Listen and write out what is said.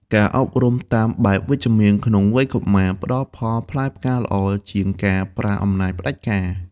ការអប់រំតាមបែបវិជ្ជមានក្នុងវ័យកុមារ ផ្ដល់ផលផ្លែផ្កាល្អជាងការប្រើអំណាចផ្ដាច់ការ។